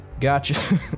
Gotcha